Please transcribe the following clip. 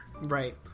Right